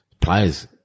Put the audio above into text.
Players